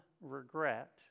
regret